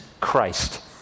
Christ